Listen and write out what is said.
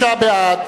56 בעד,